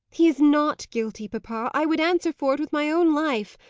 he is not guilty, papa. i would answer for it with my own life.